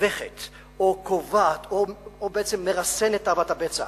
מתווכת או קובעת או בעצם מרסנת את תאוות הבצע